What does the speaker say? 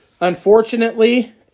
unfortunately